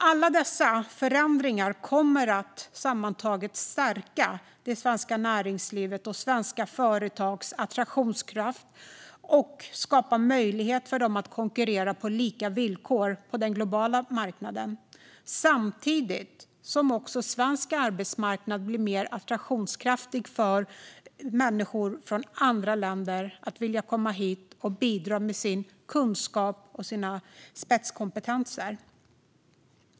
Alla dessa förändringar kommer sammantaget att stärka det svenska näringslivet och svenska företags attraktionskraft och skapa möjlighet för dem att konkurrera på lika villkor på den globala marknaden. Samtidigt blir det attraktivare för människor från andra länder att söka sig till svensk arbetsmarknad och bidra med sin kunskap och sina spetskompetenser.